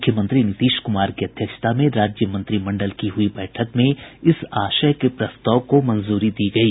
मुख्यमंत्री नीतीश कुमार की अध्यक्षता में राज्य मंत्रिमंडल की हुई बैठक में इस आशय के प्रस्ताव को मंजूरी दी गयी